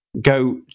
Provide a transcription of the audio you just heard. go